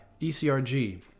ECRG